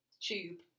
tube